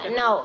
no